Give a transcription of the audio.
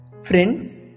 Friends